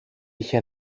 είχε